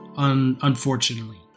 unfortunately